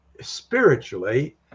spiritually